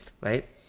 right